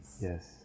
Yes